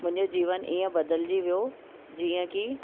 मुंहिजो जीवन ईअं बदिलिजी वियो जीअं की